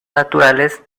naturales